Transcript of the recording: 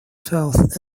twelfth